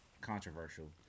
Controversial